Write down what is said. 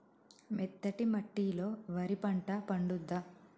మెత్తటి మట్టిలో వరి పంట పండుద్దా?